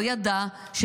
לא ידע,